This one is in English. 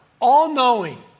all-knowing